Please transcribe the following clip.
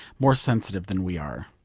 more sensitive than we are.